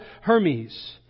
Hermes